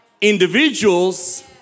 individuals